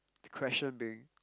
the question being